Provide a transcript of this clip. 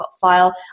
file